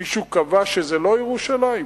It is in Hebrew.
מישהו קבע שזה לא ירושלים?